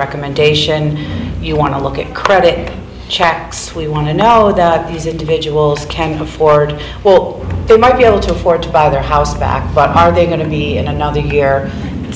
recommendation you want to look at credit checks we want to know that these individuals can go forward well there might be able to afford to buy their house back but are they going to need another gear